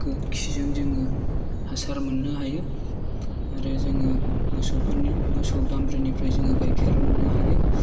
खिजों जोङो हासार मोन्नो हायो आरो जोङो मोसौफोरनि मोसौ दामब्रिनिफ्राय जोङो गायखेर मोन्नो हायो